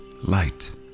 light